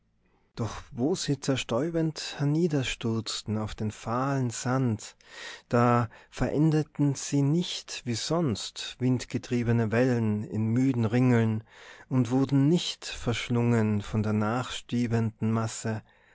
doch wo sie zerstäubend herniederstürzten auf den fahlen sand da verendeten sie nicht wie sonst windgetriebene wellen in müdem ringeln und wurden nicht verschlungen von der nachstiebenden masse